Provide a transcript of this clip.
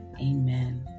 amen